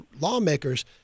lawmakers